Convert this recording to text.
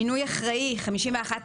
מינוי אחראי 51%,